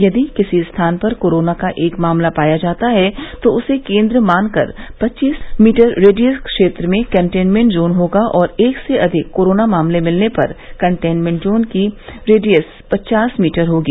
यदि किसी स्थान पर कोरोना का एक मामला पाया जाता है तो उसे केन्द्र मानकर पच्चीस मीटर रेडीएस के क्षेत्र में कंटेनमेंट जोन होगा और एक से अधिक कोरोना मामले मिलने पर कंटेनमेंट जोन की रेडीएस पचास मीटर होगी